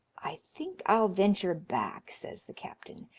i think i'll venture back, says the captain,